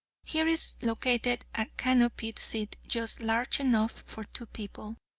here is located a canopied seat just large enough for two people.